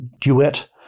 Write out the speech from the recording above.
duet